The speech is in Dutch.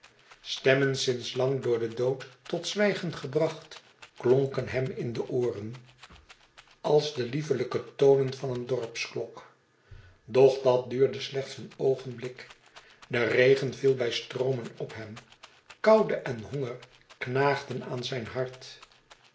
stemmen sinds lang door den dood tot zwijgen gebracht klonken hem in de ooren als de liefelijke tonen van een dorpsklok doch dat duurde slechts een oogenblik de regen viel bij stroomen op hem koude en honger knaagden aan zijn hart